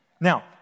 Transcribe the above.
Now